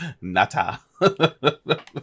nata